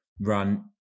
run